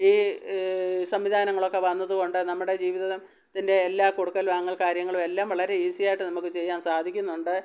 ഈ സംവിധാനങ്ങളൊക്കെ വന്നതു കൊണ്ട് നമ്മുടെ ജീവിതത്തിൻ്റെ എല്ലാ കൊടുക്കൽ വാങ്ങൽ കാര്യങ്ങളുമെല്ലാം വളരെ ഈസിയായിട്ട് നമുക്ക് ചെയ്യാൻ സാധിക്കുന്നുമുണ്ട്